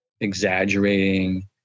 exaggerating